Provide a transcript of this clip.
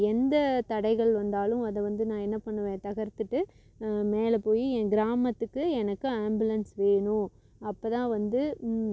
நான் எந்த தடைகள் வந்தாலும் அதை வந்து நான் என்ன பண்ணுவேன் தகர்த்துட்டு மேலே போய் என் கிராமத்துக்கு எனக்கு ஆம்புலன்ஸ் வேணும் அப்போ தான் வந்து